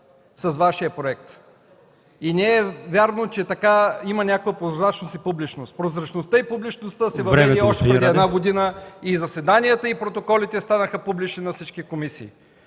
с Вашия проект! И не е вярно, че има някаква прозрачност и публичност. Прозрачността и публичността се въведоха още преди една година, заседанията и протоколите на всички комисии